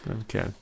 okay